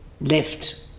left